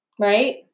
right